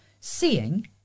Seeing